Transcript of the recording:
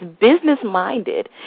business-minded